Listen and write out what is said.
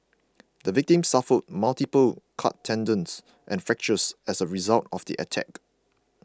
the victim suffered multiple cut tendons and fractures as a result of the attack